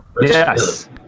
Yes